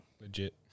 legit